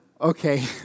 Okay